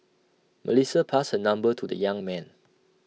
Melissa passed her number to the young man